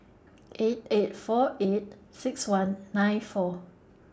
eight eight four eight six one nine four